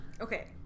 Okay